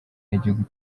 y’igihugu